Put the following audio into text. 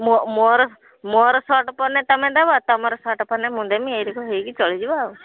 ମୋ ମୋର ମୋର ସର୍ଟ ପଡିନେ ତମେ ଦେବ ତମର ସର୍ଟ ପଡିନେ ମୁଁ ଦେମି ଏଇରକ ହେଇକି ଚଳିଯିବା ଆଉ